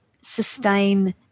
sustain